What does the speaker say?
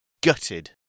Gutted